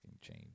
change